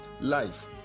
life